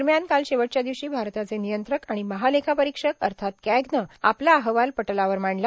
दरम्यान काल शेवटच्या दिवशी भारताचे नियंत्रक आणि महालेखापरीक्षक अर्थात कॅगनं आपला अहवाल पटलावर मांडला